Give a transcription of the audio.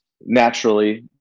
naturally